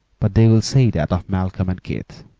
but they will say that of malcolm, and keith,